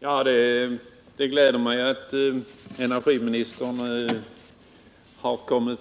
Herr talman! Det gläder mig att energiministern nu har kommit